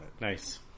Nice